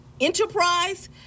enterprise